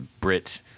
Brit